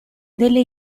delle